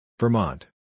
Vermont